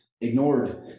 ignored